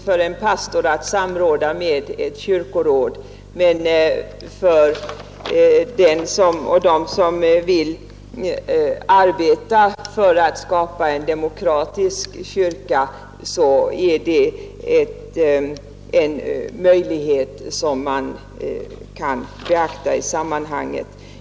För den som vill arbeta för att skapa en demokratisk kyrka är det naturligt att tänka sig ett samråd mellan pastor och kyrkoråd.